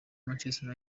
manchester